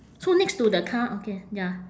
so next to the car okay ya